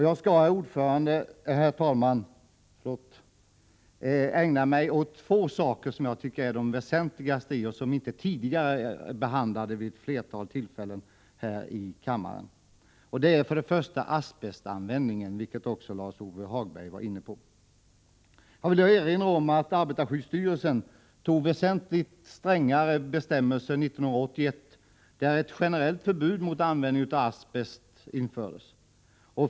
Jag skall, herr talman, ägna mig åt två saker, som jag tycker är de väsentligaste och som inte tidigare har behandlats vid ett flertal tillfällen här i riksdagen. Det gäller först asbestanvändningen, som också Lars-Ove Hagberg var inne på. Jag vill erinra om att arbetarskyddsstyrelsen antog väsentligt strängare bestämmelser 1981, varvid ett generellt förbud mot användning av asbest infördes.